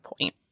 point